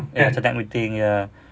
ya standard meeting ya